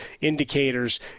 indicators